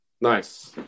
Nice